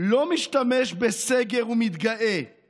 לא משתמש בסגר ומתגאה";